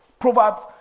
Proverbs